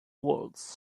waltz